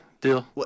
deal